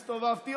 הסתובבתי,